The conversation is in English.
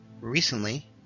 recently